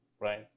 right